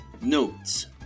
Notes